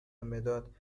مداد